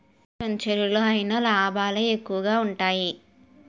ఏ వెంచెరులో అయినా లాభాలే ఎక్కువగా ఉంటాయి